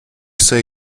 say